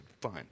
Fine